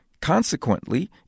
consequently